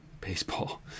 Baseball